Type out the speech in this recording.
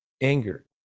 anger